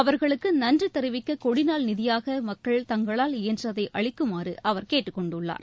அவர்களுக்கு நன்றி தெரிவிக்க கொடிநாள் நிதியாக தங்களால் இயன்றதை மக்கள் அளிக்குமாறு அவர் கேட்டுக் கொண்டுள்ளார்